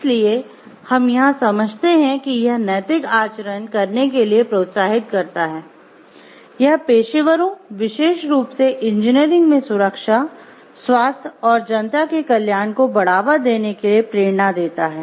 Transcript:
इसलिए हम यहां समझते हैं कि यह नैतिक आचरण करने के लिए प्रोत्साहित करता है यह पेशेवरों विशेष रूप से इंजीनियरिंग में सुरक्षा स्वास्थ्य और जनता के कल्याण को बढ़ावा देने के लिए प्रेरणा देता है